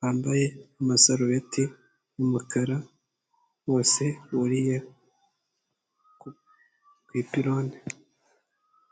bambaye amasarureti y'umukara bose buriye ku iproni.